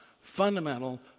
fundamental